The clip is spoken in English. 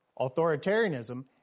authoritarianism